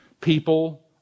People